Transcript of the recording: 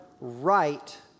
right